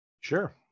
Sure